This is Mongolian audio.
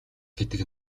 гэдэг